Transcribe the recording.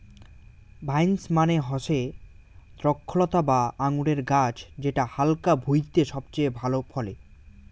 vines মানে হসে দ্রক্ষলতা বা আঙুরের গাছ যেটা হালকা ভুঁইতে সবচেয়ে ভালা ফলে